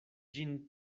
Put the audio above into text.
ĝin